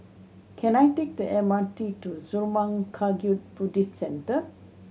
can I take the M R T to Zurmang Kagyud Buddhist Centre